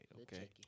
Okay